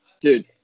Dude